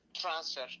transfer